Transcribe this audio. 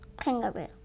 Kangaroo